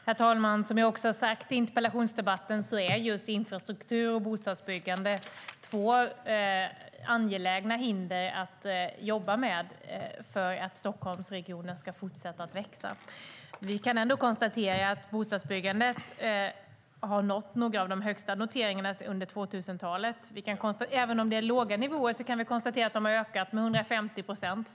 Herr talman! Som jag redan sagt i interpellationsdebatten är just infrastruktur och bostadsbyggande två hinder som det är angeläget att jobba med för att Stockholmsregionen ska fortsätta att växa. Vi kan ändå konstatera att bostadsbyggandet har nått några av de högsta noteringarna under 2000-talet. Även om det är låga nivåer kan vi konstatera att de har ökat med 150 procent.